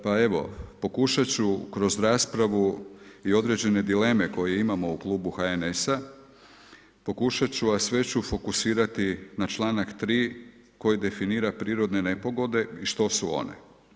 Pa evo, pokušati ću kroz raspravu i određene dileme koje imamo u Klubu HNS-a pokušati ću, sve ću fokusirati na čl. 3. koji definira na prirodne nepogode i što su one.